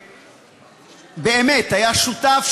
שבאמת היה שותף,